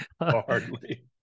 Hardly